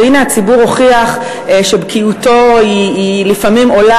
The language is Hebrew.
והנה הציבור הוכיח שבקיאותו לפעמים עולה